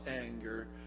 anger